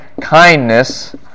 kindness